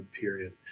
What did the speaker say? period